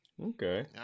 Okay